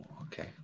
Okay